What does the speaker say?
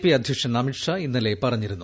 P അധ്യക്ഷൻ അമിത്ഷാ ഇന്നലെ പറഞ്ഞിരുന്നു